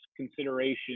consideration